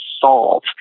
solve